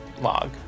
log